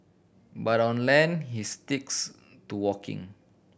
but on land he sticks to walking